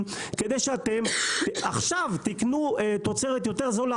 כדי שאתם עכשיו תקנו תוצרת יותר זולה?